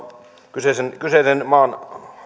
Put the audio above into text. kyseisen kyseisen maan